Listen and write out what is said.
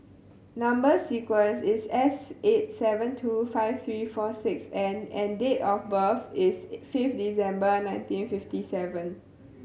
number sequence is S eight seven two five three four six N and date of birth is fifth December nineteen fifty seven